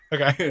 Okay